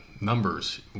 numbers